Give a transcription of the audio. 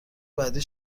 بعدی